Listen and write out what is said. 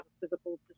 physical